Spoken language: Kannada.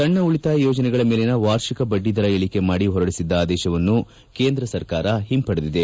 ಸಣ್ಣ ಉಳಿತಾಯ ಯೋಜನೆಗಳ ಮೇಲಿನ ವಾರ್ಷಿಕ ಬಡ್ಡಿ ದರ ಇಳಿಕೆ ಮಾಡಿ ಹೊರಡಿಸಿದ್ಲ ಆದೇಶವನ್ನು ಕೇಂದ್ರ ಸರ್ಕಾರ ಒಂಪಡೆದಿದೆ